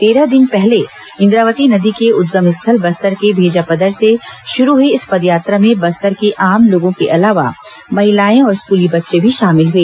तेरह दिन पहले इंद्रावती नदी के उद्गम स्थल बस्तर के भेजापदर से शुरू हुई इस पदयात्रा में बस्तर के आम लोगों के अलावा महिलाए और स्कूली बच्चे भी शामिल हए